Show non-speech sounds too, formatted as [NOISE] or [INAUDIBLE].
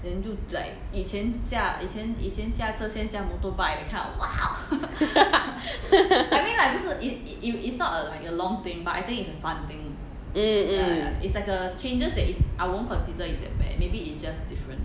[LAUGHS] mm mm